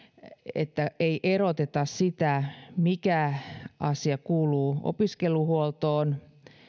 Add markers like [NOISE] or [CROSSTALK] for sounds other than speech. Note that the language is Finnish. että ei eroteta sitä mikä [UNINTELLIGIBLE] asia kuuluu opiskeluhuoltoon [UNINTELLIGIBLE] [UNINTELLIGIBLE] [UNINTELLIGIBLE]